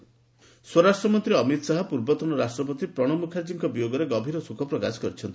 ଶୋକ ସ୍ୱରାଷ୍ଟ୍ରମନ୍ତ୍ରୀ ଅମିତ ଶାହା ପୂର୍ବତନ ରାଷ୍ଟ୍ରପତି ପ୍ରଣବ ମୁଖାର୍ଚ୍ଚୀଙ୍କ ବିୟୋଗରେ ଗଭୀର ଶୋକ ପ୍ରକାଶ କରିଛନ୍ତି